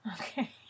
Okay